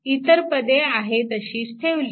इतर पदे आहेत अशी ठेवली